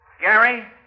Gary